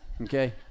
okay